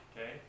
okay